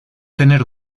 tener